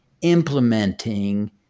implementing